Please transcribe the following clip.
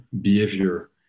behavior